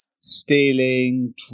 stealing